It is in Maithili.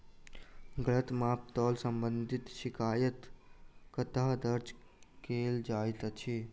गलत माप तोल संबंधी शिकायत कतह दर्ज कैल जाइत अछि?